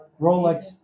Rolex